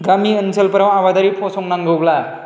गामि ओनसोलफोराव आबादारि फसंनांगौब्ला